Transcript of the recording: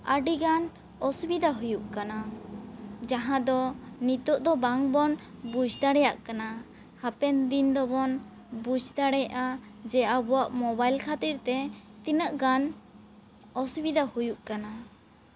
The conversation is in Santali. ᱟᱹᱰᱤ ᱜᱟᱱ ᱚᱥᱩᱵᱤᱫᱷᱟ ᱦᱩᱭᱩᱜ ᱠᱟᱱᱟ ᱡᱟᱦᱟᱸ ᱫᱚ ᱱᱤᱛᱚᱜ ᱫᱚ ᱵᱟᱝ ᱵᱚᱱ ᱵᱩᱡᱽ ᱫᱟᱲᱮᱭᱟᱜ ᱠᱟᱱᱟ ᱦᱟᱯᱮᱱ ᱫᱤᱱ ᱫᱚ ᱵᱚᱱ ᱵᱩᱡᱽ ᱫᱟᱲᱮᱭᱟᱜᱼᱟ ᱡᱮ ᱟᱵᱚᱣᱟᱜ ᱢᱚᱵᱟᱤᱞ ᱠᱷᱟᱹᱛᱤᱨ ᱛᱮ ᱛᱤᱱᱟᱹᱜ ᱜᱟᱱ ᱚᱥᱩᱵᱤᱫᱷᱟ ᱦᱩᱭᱩᱜ ᱠᱟᱱᱟ